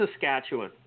Saskatchewan